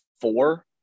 four